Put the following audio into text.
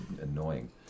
annoying